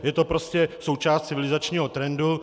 Je to prostě součást civilizačního trendu.